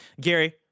Gary